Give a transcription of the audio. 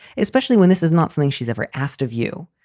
especially when this is not something she's ever asked of you.